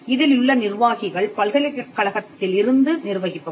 இதிலுள்ள நிர்வாகிகள் பல்கலைக்கழகத்திலிருந்து நிர்வகிப்பவர்கள்